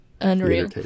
unreal